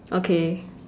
okay